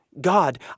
God